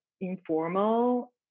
informal